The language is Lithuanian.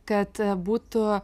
kad būtų